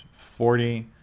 forty.